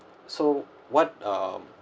so what uh